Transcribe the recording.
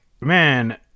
man